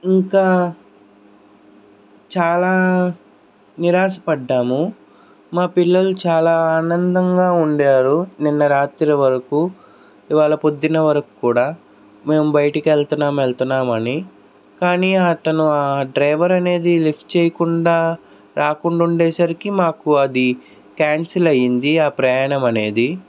ఇంకా చాలా నిరాశ పడినాము మా పిల్లలు చాలా ఆనందంగా ఉన్నారు నిన్న రాత్రి వరకు ఇవాళ పొద్దున్న వరకు కూడా మేము బయటికి వెళ్తున్నాం వెళ్తున్నాం అని కానీ అతను ఆ డ్రైవర్ అనేది లిఫ్ట్ చేయకుండా రాకుండా ఉండేసరికి మాకు అది క్యాన్సిల్ అయ్యింది ఆ ప్రయాణం అనేది